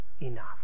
enough